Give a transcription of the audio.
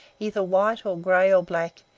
either white or gray or black,